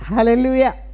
Hallelujah